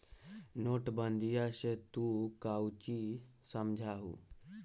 नोटबंदीया से तू काउची समझा हुँ?